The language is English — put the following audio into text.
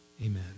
amen